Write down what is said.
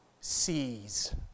sees